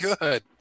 good